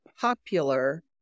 popular